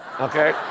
Okay